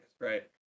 right